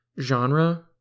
genre